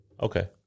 Okay